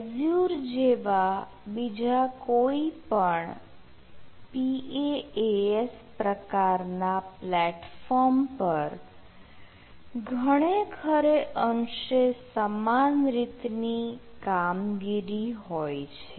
Azure જેવા બીજા કોઈપણ PaaS પ્રકારના પ્લેટફોર્મ પર ઘણેખરે અંશે સમાન રીતની કામગીરી હોય છે